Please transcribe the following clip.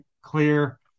clear